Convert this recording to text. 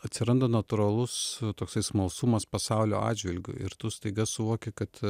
atsiranda natūralus toksai smalsumas pasaulio atžvilgiu ir tu staiga suvoki kad